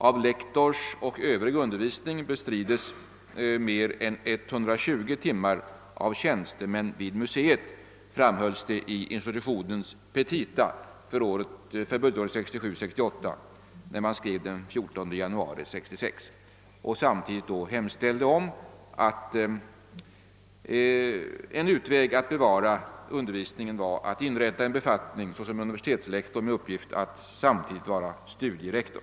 Av lektorsoch övrig undervisning bestrids mer än 120 timmar av tjänstemän vid museet, framhölls det i institutionens petita för budgetåret 1967/68, när man skrev den 14 januari 1966. Samtidigt anfördes att en utväg att bevara undervisningen vore att inrätta en befattning som universitetslektor med uppgift att också vara studierektor.